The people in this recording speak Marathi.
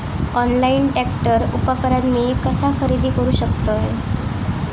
ऑनलाईन ट्रॅक्टर उपकरण मी कसा खरेदी करू शकतय?